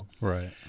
Right